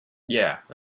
yeah